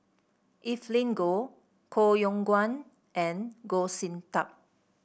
Evelyn Goh Koh Yong Guan and Goh Sin Tub